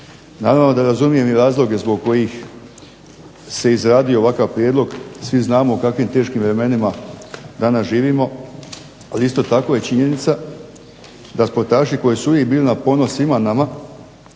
Naravno da razumijem i razloge zbog kojih se izradio ovakav prijedlog. Svi znamo u kakvim teškim vremenima danas živimo, ali isto tako je činjenica da sportaši koji su uvijek bili na ponos svima nama